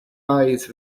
eyes